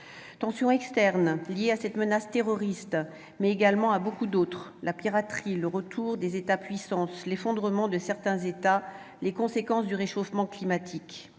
tensions externes liées à cette menace terroriste, mais également à beaucoup d'autres : la piraterie, le retour des États-puissances, l'effondrement de certains États, les conséquences du réchauffement climatique.